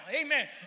amen